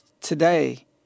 today